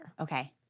Okay